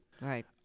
Right